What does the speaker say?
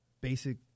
basic